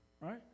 Right